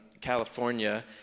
California